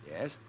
Yes